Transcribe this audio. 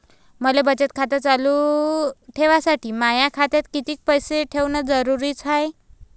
मले बचत खातं चालू ठेवासाठी माया खात्यात कितीक पैसे ठेवण जरुरीच हाय?